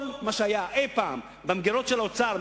כל מה שהיה אי-פעם במגירות של האוצר,